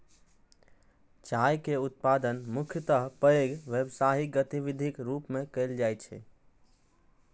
चाय के उत्पादन मुख्यतः पैघ व्यावसायिक गतिविधिक रूप मे कैल जाइ छै